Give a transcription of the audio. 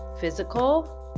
physical